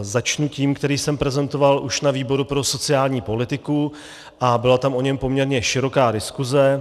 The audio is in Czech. Začnu tím, který jsem prezentoval už na výboru pro sociální politiku, a byla tam o něm poměrně široká diskuse.